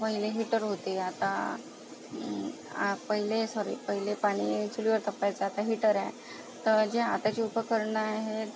पहिले हिटर होते आता आ पहिले सॉरी पहिले पाणी चुलीवर तापवायचं आता हिटर आहे तर जे आताचे उपकरणं आहेत